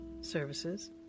services